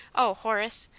oh, horace!